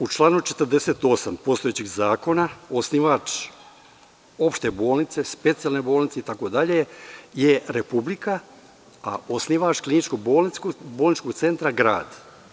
U članu 48. postojećeg Zakona, osnivač opšte bolnice, specijalne bolnice, itd, je Republika, a osnivač kliničko-bolničkog centra, grad.